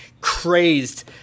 crazed